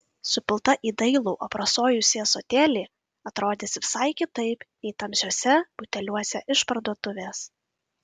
supilta į dailų aprasojusį ąsotėlį atrodys visai kitaip nei tamsiuose buteliuose iš parduotuvės